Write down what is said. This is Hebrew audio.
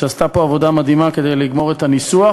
שעשתה פה עבודה מדהימה כדי לגמור את הניסוח.